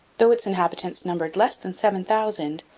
though its inhabitants numbered less than seven thousand,